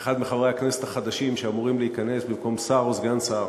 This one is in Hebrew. אחד מחברי הכנסת החדשים שאמורים להיכנס במקום שר או סגן שר